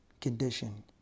condition